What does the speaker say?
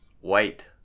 White